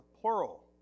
plural